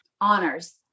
honors